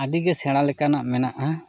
ᱟᱹᱰᱤ ᱜᱮ ᱥᱮᱬᱟ ᱞᱮᱠᱟᱱᱟᱜ ᱢᱮᱱᱟᱜᱼᱟ